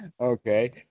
Okay